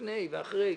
על לפני ועל אחרי.